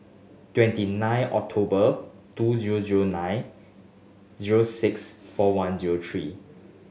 twenty nine October two zero zero nine zero six four one zero three